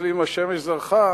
ומסתכלים אם השמש זרחה,